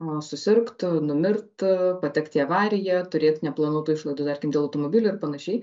susirgtų numirtų patekti į avariją turėt neplanuotų išlaidų tarkim dėl automobilio ir panašiai